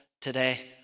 today